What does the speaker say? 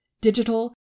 digital